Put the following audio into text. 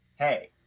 Hey